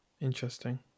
interesting